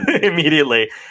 immediately